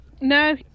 No